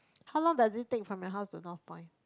how long does it take from your house to Northpoint